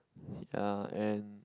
ya and